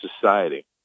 society